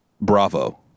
bravo